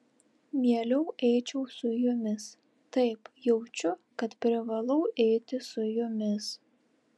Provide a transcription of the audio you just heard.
mieliau eičiau su jumis taip jaučiu kad privalau eiti su jumis